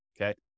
okay